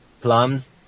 plums